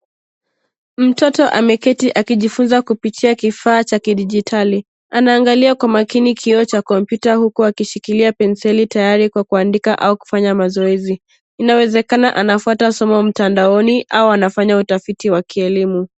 Mtoto ameketi akijifunza kupitia kifaa cha kidijitali anaangalia kwa makini kioo cha kompyuta huku akishilia penseli tayari kwa kuandika au kufanya mazoezi, inawezekana anafuata somo mtandaoni au anafanya utafiti wa kielimu.